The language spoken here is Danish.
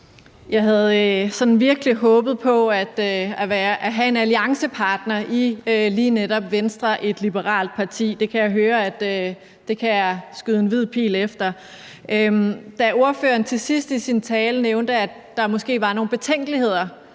Jeg havde virkelig håbet på at have en alliancepartner i lige netop Venstre, et liberalt parti. Det kan jeg høre at jeg kan skyde en hvid pil efter. Da ordføreren til sidst i sin tale nævnte, at der måske var nogle betænkeligheder,